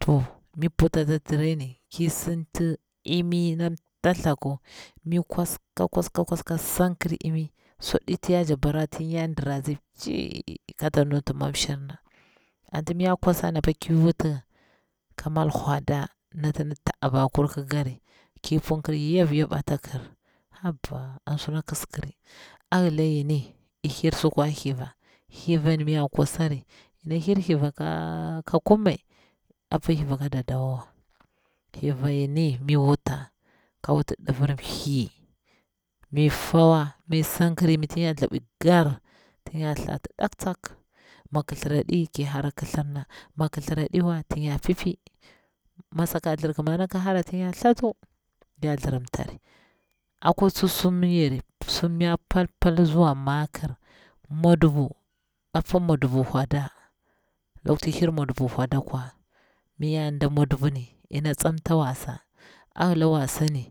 to mi puta ata tray ni, ki sinti imi na tapthaku mi kwas ka kwas ka kwasa ka san kir imi suaɗi ti yajak barawa tig ya dira tsi chiy kata nuti man shirna, anti mi ya kwasa ni apa ki wuti ka mal whada nati ndi ta abakwu ki ka ri ku punkir yip yip a ta kir haba an suna kiskiri. A walai yini iy hir sukwa thliva sukwa thliva ni mi kwasari nyi hir hiva ka kum maira pa hiva ka daddawa wa hiva yini mi wuta ka wuti ndivir mthli mi fawa, ka ɗankir imi tin ya thabur gar, tin ya thati dak tsak mi ki thir aɗi ki hara kithir na, mi kithir aɗiwa tin ya pip, mi saka thilirkima ƙi hara tin ya thatu tin ya thlirim tari. Akwa susum yari susum na pal pal zuwa makir, mwadubu, apa mwadubu wahda, laku ti hir mwadubum whada akwa, miya dela mwa dubuni yona tsamta wasa. A wala wasani